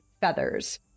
feathers